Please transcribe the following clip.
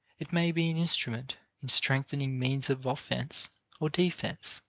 it may be an instrument in strengthening means of offense or defense